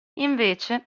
invece